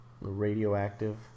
Radioactive